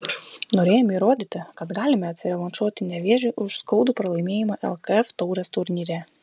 norėjome įrodyti kad galime atsirevanšuoti nevėžiui už skaudų pralaimėjimą lkf taurės turnyre